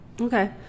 Okay